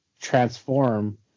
transform